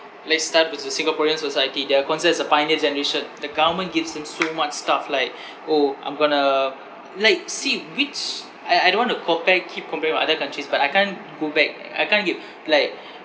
let's start with the singaporean society they are considered as a pioneer generation the government gives them so much stuff like orh I'm going to like see which I I don't want to compare keep comparing with other countries but I can't go back I can't give like